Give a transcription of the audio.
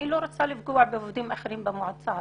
לא רוצה לפגוע בעובדים אחרים במועצה.